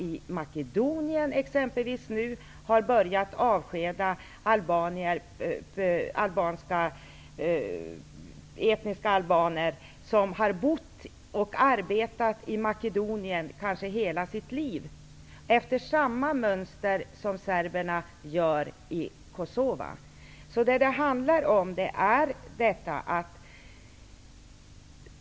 I Makedonien har man börjat avskeda etniska albaner, som har bott och arbetat i Makedonien kanske hela sitt liv, efter samma mönster som serberna gör i Kosova.